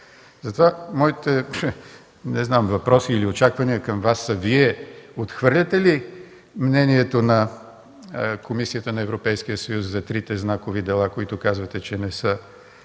лице. Моите въпроси или очаквания към Вас са: Вие отхвърляте ли мнението на комисията на Европейския съюз за трите знакови дела, които казахте, че не са